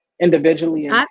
individually